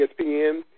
ESPN